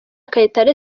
kayitare